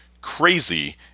crazy